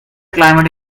climate